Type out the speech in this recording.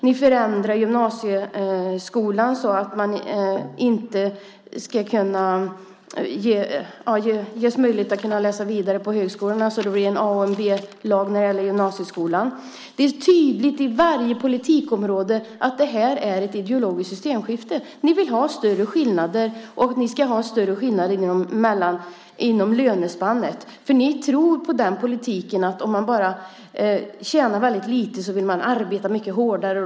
Ni förändrar gymnasieskolan så att det inte blir möjligt att läsa vidare på högskolan. Det blir ett A och ett B-lag i gymnasieskolan. Det är tydligt i varje politikområde att det här är ett ideologiskt systemskifte. Ni vill ha större skillnader, och ni ska ha större skillnader inom lönespannet. Ni tror på en politik som innebär att om man tjänar lite vill man arbeta hårdare.